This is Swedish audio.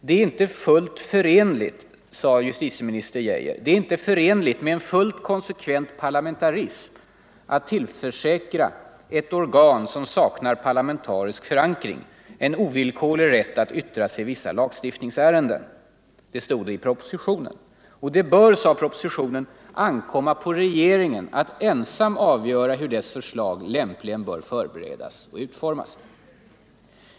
Det är ”inte förenligt med en fullt konsekvent parlamentarism att tillförsäkra ett organ som saknar parlamentarisk förankring en ovillkorlig rätt att yttra sig i vissa lagstiftningsärenden”, sade justitieminister Geijer i sin proposition. Det bör, tillade han, ”ankomma på regeringen att ensam avgöra hur dess förslag lämpligen bör förberedas och utformas”.